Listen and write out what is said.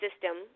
system